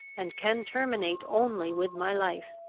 and can terminate only with my life!